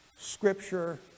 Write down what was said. scripture